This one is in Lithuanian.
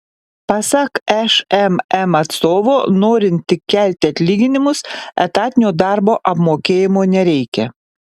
pasak šmm atstovo norint tik kelti atlyginimus etatinio darbo apmokėjimo nereikia